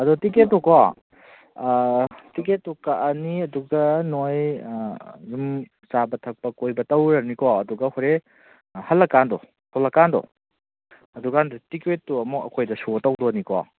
ꯑꯗꯣ ꯇꯤꯛꯀꯦꯠꯇꯣꯀꯣ ꯇꯤꯛꯀꯦꯠꯇꯣ ꯀꯛꯑꯅꯤ ꯑꯗꯨꯒ ꯅꯣꯏ ꯑꯗꯨꯝ ꯆꯥꯕ ꯊꯛꯄ ꯀꯣꯏꯕ ꯇꯧꯔꯅꯤꯀꯣ ꯑꯗꯨꯒ ꯍꯣꯔꯦꯟ ꯍꯜꯂꯀꯥꯟꯗꯣ ꯊꯣꯂꯛꯀꯥꯟꯗꯣ ꯑꯗꯨꯀꯥꯟꯗ ꯇꯤꯛꯀꯦꯠꯇꯣ ꯑꯃꯨꯛ ꯑꯩꯈꯣꯏꯗ ꯁꯣ ꯇꯧꯗꯧꯅꯤꯀꯣ